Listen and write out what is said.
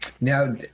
now